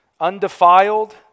undefiled